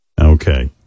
Okay